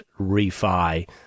refi